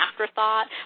afterthought